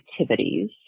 activities